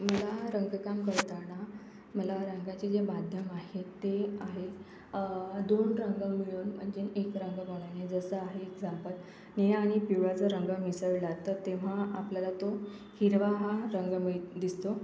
मला रंगकाम करताना मला रंगाचे जे माध्यम आहे ते आहे दोन रंग मिळून एक रंग बनवने जसा आहे चंपत निळा आणि पिवळा जर रंग मिसळला तर तेव्हा आपल्याला तो हिरवा हा रंग मिळ दिसतो